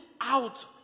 out